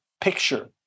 picture